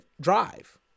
drive